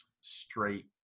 straight